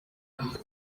rwanda